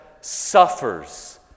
suffers